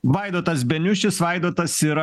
vaidotas beniušis vaidotas yra